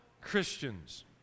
Christians